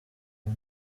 ubu